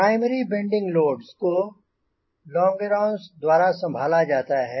primary bending loads को longerons द्वारा सम्भाला जाता है